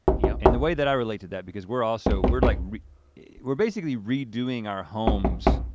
yeah and the way that i relate to that, because we're also, we're like we're basically redoing our homes,